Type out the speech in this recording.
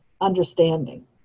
understanding